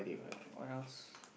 what else